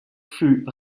fut